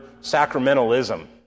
sacramentalism